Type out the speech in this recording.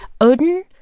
Odin